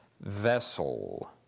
vessel